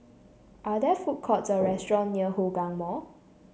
are there food courts or restaurants near Hougang Mall